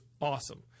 awesome